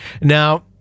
Now